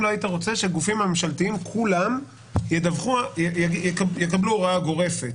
האם לא היית רוצה שהגופים הממשלתיים כולם יקבלו הוראה גורפת